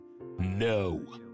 no